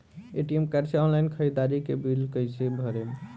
ATM card से online ख़रीदारी के बिल कईसे भरेम?